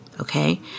Okay